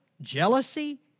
jealousy